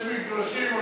יש מגרשים,